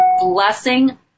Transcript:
blessing